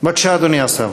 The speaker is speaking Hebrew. בבקשה, אדוני השר.